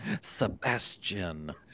Sebastian